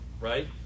right